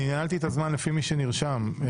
ניהלתי את הזמן לפי מי שנרשם לדבר.